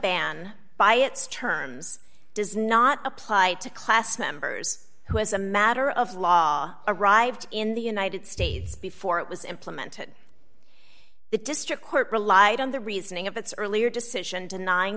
ban by its terms does not apply to class members who as a matter of law arrived in the united states before it was implemented the district court relied on the reasoning of its earlier decision denying